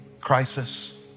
crisis